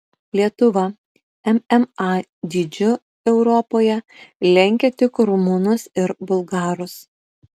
lietuva mma dydžiu europoje lenkia tik rumunus ir bulgarus